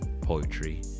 poetry